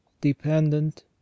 dependent